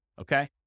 Okay